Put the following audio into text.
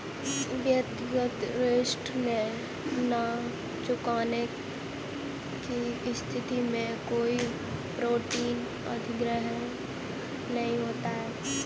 व्यक्तिगत ऋण न चुकाने की स्थिति में कोई प्रॉपर्टी अधिग्रहण नहीं होता